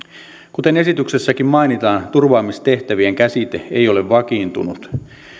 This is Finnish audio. kuten esityksessäkin mainitaan turvaamistehtävien käsite ei ole vakiintunut